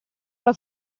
alla